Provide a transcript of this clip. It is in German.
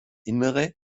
innere